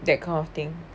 that kind of thing